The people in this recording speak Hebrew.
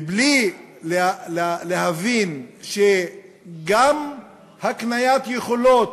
ובלי להבין שצריך גם הקניית יכולות,